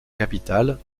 capitale